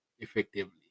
effectively